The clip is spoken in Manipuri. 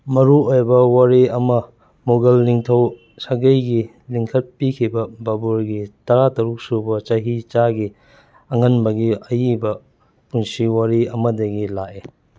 ꯃꯔꯨꯑꯣꯏꯕ ꯋꯥꯔꯤ ꯑꯃ ꯃꯨꯒꯜ ꯅꯤꯡꯊꯧ ꯁꯥꯒꯩꯒꯤ ꯂꯤꯡꯈꯠꯄꯤꯈꯤꯕ ꯕꯥꯕꯨꯔꯒꯤ ꯇꯔꯥꯇꯔꯨꯛ ꯁꯨꯕ ꯆꯍꯤ ꯆꯥꯒꯤ ꯑꯉꯟꯕꯒꯤ ꯑꯌꯤꯕ ꯄꯨꯟꯁꯤ ꯋꯥꯔꯤ ꯑꯃꯗꯒꯤ ꯂꯥꯛꯏ